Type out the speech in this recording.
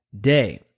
day